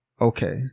Okay